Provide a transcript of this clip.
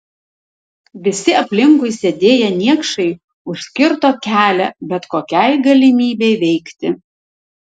visi aplinkui sėdėję niekšai užkirto kelią bet kokiai galimybei veikti